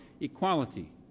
equality